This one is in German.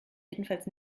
jedenfalls